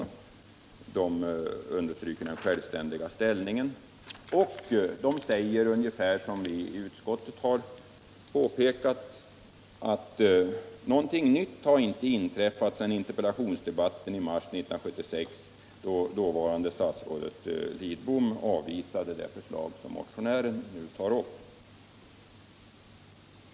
Man understryker revisorernas självständiga ställning och säger ungefär detsamma som utskottsmajoriteten i betänkandet, att något nytt inte har inträffat sedan interpellationsdebatten i mars 1976, när dåvarande statsrådet Lidbom avvisade det förslag som motionären nu tar upp.